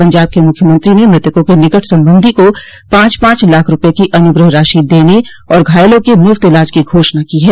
पंजाब के मुख्यमंत्री ने मृतकों के निकट संबंधी को पांच पाच लाख रूपये की अनुग्रह राशि देने और घायलों के मुफ्त इलाज की घोषणा की है